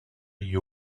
you